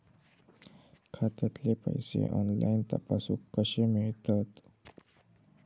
खात्यातले पैसे ऑनलाइन तपासुक कशे मेलतत?